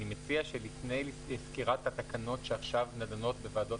אני מציע שלפני סקירת התקנות שנדונות עכשיו בוועדות